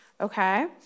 Okay